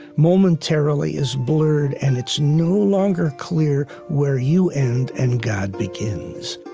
momentarily is blurred, and it's no longer clear where you end and god begins